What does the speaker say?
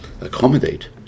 accommodate